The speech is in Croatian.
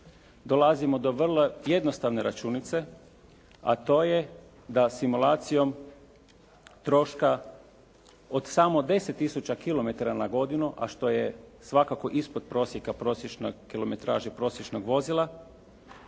dolazimo do vrlo jednostavne računice, a to je da simulacijom troška od samo 10 tisuća kilometara na godinu, a što je svakako ispod prosjeka prosječne kilometraže, prosječnog vozila,